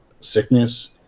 sickness